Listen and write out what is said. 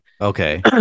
okay